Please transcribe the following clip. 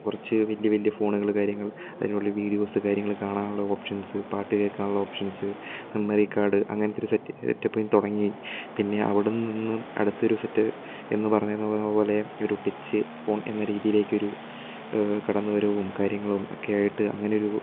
കുറച്ച് വലിയ വലിയ ഫോണുകള് കാര്യങ്ങള് അതിനുള്ളില് വീഡിയോസ് കാര്യങ്ങള് കാണാനുള്ള ഓപ്ഷന്സ് പാട്ട് കേള്ക്കാനുള്ള ഓപ്ഷന്സ് മെമ്മറി കാര്ഡ് അങ്ങനത്തൊരു സെറ്റപ്പിൽ നിന്ന് തുടങ്ങി പിന്നെ അവിടെ നിന്നും അടുത്ത ഒരു സെറ്റ് എന്ന് പറയുന്നത് പോലെ ഈ ഒരു ടച്ച് ഫോണ് എന്ന രീതിയിലേക്കൊരു കടന്നുവരവും കാര്യങ്ങളും ഒക്കെ ആയിട്ട് അങ്ങനെയൊരു